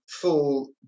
full